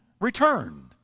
returned